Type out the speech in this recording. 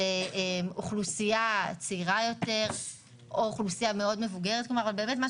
על אוכלוסייה צעירה יותר או אוכלוסייה מאוד מבוגרת באמת,